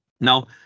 now